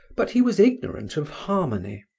but he was ignorant of harmony,